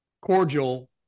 cordial